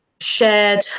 shared